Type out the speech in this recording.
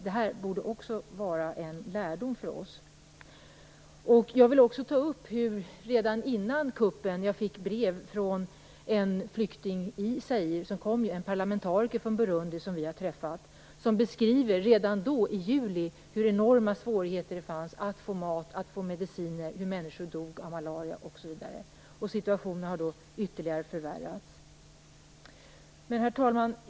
Det borde också vara en lärdom för oss. Jag vill också ta upp hur jag redan innan kuppen fick brev från en flykting i Zaire, en parlamentariker från Burundi som vi har träffat, som beskriver redan då i juli vilka enorma svårigheter det var att få mat och mediciner och hur människor dog av malaria osv. Situationen har förvärrats ytterligare. Herr talman!